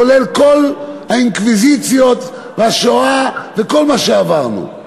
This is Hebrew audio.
כולל כל האינקוויזיציות והשואה וכל מה שעברנו.